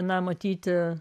na matyti